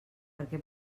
perquè